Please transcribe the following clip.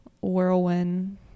whirlwind